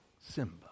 Simba